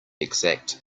exact